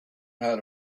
had